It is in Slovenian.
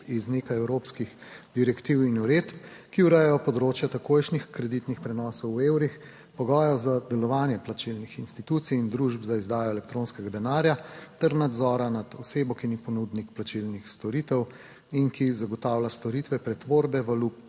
iz nekaj evropskih direktiv in uredb, ki urejajo področje takojšnjih kreditnih prenosov v evrih, pogojev za delovanje plačilnih institucij in družb za izdajo elektronskega denarja ter nadzora nad osebo, ki ni ponudnik plačilnih storitev in ki zagotavlja storitve pretvorbe valut